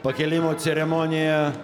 pakėlimo ceremonija